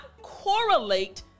correlate